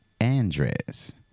Andres